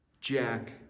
Jack